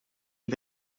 die